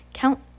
Count